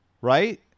Right